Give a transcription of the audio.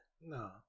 no